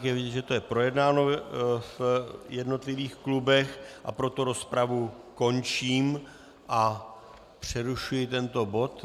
Je vidět, že to je projednáno v jednotlivých klubech, a proto rozpravu končím a přerušuji tento bod.